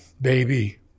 baby